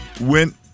went